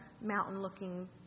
mountain-looking